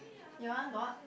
your one got